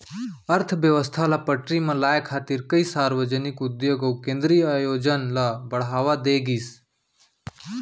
अर्थबेवस्था ल पटरी म लाए खातिर कइ सार्वजनिक उद्योग अउ केंद्रीय आयोजन ल बड़हावा दे गिस